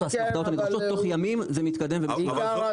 האסמכתאות הנדרשות, תוך ימים זה מתקדם ומשולם.